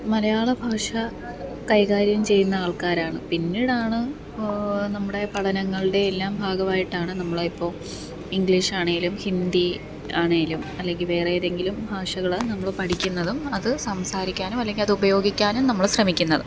മലയാളഭാഷ കൈകാര്യം ചെയ്യുന്ന ആൾക്കാരാണ് പിന്നീടാണ് നമ്മുടെ പഠനങ്ങളുടെ എല്ലാം ഭാഗമായിട്ടാണ് നമ്മൾ ഇപ്പോൾ ഇംഗ്ലീഷാണെങ്കിലും ഹിന്ദി ആണെങ്കിലും അല്ലെങ്കിൽ വേറെ ഏതെങ്കിലും ഭാഷകൾ നമ്മൾ പഠിക്കുന്നതും അത് സംസാരിക്കാനും അല്ലെങ്കിൽ അത് ഉപയോഗിക്കാനും നമ്മൾ ശ്രമിക്കുന്നത്